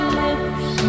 lips